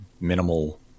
minimal